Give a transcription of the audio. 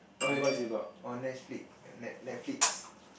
on on Netflix Netflixs